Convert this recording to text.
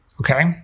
okay